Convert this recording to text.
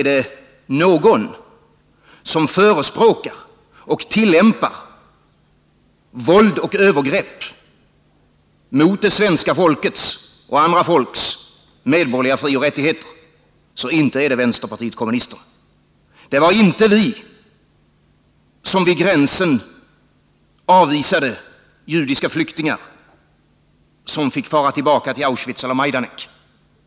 Om det är några som inte förespråkar eller tillämpar våld och övergrepp mot det svenska folkets och andra folks medborgerliga frioch rättigheter, så är det vi i vänsterpartiet kommunisterna. Det var inte vi som vid gränsen avvisade judiska flyktingar, som fick fara tillbaka till Auschwitz och Maidanek.